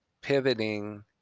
pivoting